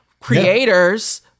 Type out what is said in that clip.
creators